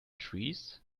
trees